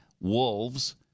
wolves